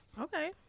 Okay